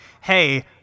Hey